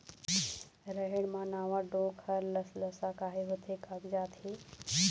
रहेड़ म नावा डोंक हर लसलसा काहे होथे कागजात हे?